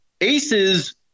Aces